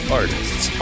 artists